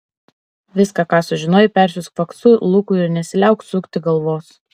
viską ką sužinojai persiųsk faksu lukui ir nesiliauk sukti galvos